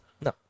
No